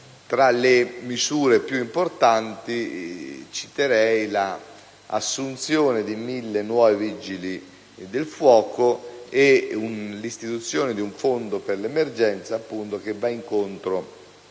Tra le misure più importanti, citerei l'assunzione di 1.000 nuovi vigili del fuoco e l'istituzione di un fondo per l'emergenza che va incontro